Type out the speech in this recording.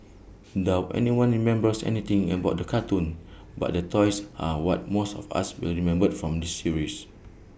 doubt anyone remembers anything about the cartoons but the toys are what most of us will remember from this series